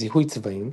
זיהוי צבעים,